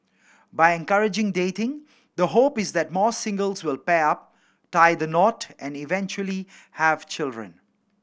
by encouraging dating the hope is that more singles will pair up tie the knot and eventually have children